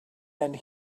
and